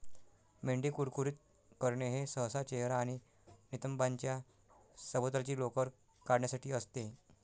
मेंढी कुरकुरीत करणे हे सहसा चेहरा आणि नितंबांच्या सभोवतालची लोकर काढण्यासाठी असते